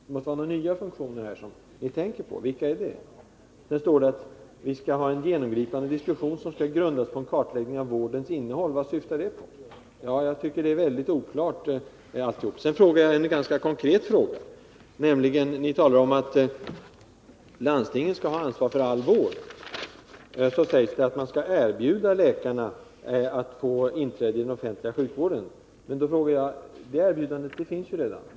Det måste väl vara några nya funktioner som ni tänker på. Vilka är det? Vidare står det att vi skall ha en genomgripande diskussion, som skall grundas på kartläggning av vårdens innehåll. Vad syftar det till? Jag tycker att allt detta är oklart. Jag ställde också en konkret fråga. Ni talar om att landstingen skall ha ansvar för all vård, och så sägs det att man skall erbjuda läkarna att få inträda i den offentliga sjukvården. Men det erbjudandet finns ju redan.